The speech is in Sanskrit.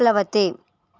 प्लवते